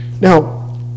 Now